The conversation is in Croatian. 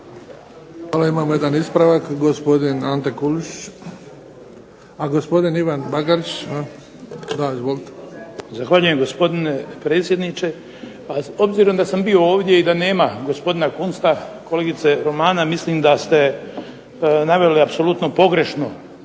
Hvala. Imamo jedan ispravak, gospodin Ante Kulušić. A gospodin Ivan Bagarić. Da, izvolite. **Bagarić, Ivan (HDZ)** Zahvaljujem gospodine predsjedniče. Pa obzirom da sam bio ovdje i da nema gospodina Kunsta, kolegice Romana mislim da ste naveli apsolutno pogrešno.